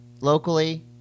Locally